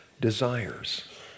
desires